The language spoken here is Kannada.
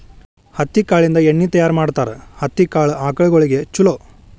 ಹತ್ತಿ ಕಾಳಿಂದ ಎಣ್ಣಿ ತಯಾರ ಮಾಡ್ತಾರ ಹತ್ತಿ ಕಾಳ ಆಕಳಗೊಳಿಗೆ ಚುಲೊ